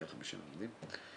150 עמודים,